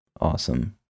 awesome